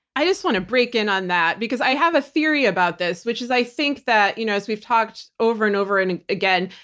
i just want to break in on that because i have a theory about this which is i think that you know as we've talked about over and over and again,